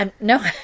No